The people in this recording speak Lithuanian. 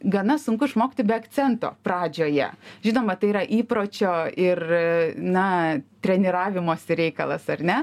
gana sunku išmokti be akcento pradžioje žinoma tai yra įpročio ir na treniravimosi reikalas ar ne